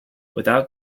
without